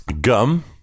gum